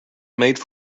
made